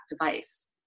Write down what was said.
device